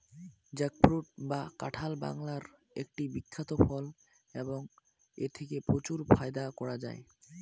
jackfruit বা কাঁঠাল বাংলার একটি বিখ্যাত ফল এবং এথেকে প্রচুর ফায়দা করা য়ায়